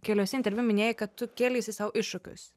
keliose interviu minėjai kad tu kėleisi sau iššūkius